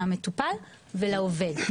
המטופל ולעובד.